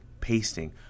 pasting